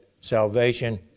salvation